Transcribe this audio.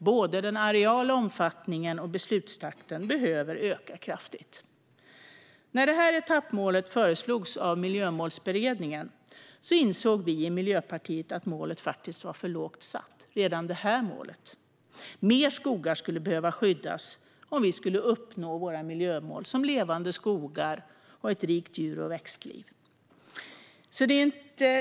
Både den areala omfattningen och beslutstakten behöver öka kraftigt. När etappmålet föreslogs av Miljömålsberedningen insåg vi i Miljöpartiet att målet faktiskt var för lågt satt. Mer skogar skulle behöva skyddas om miljömålen Levande skogar och Ett rikt växt och djurliv ska uppnås.